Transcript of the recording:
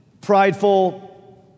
prideful